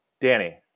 Danny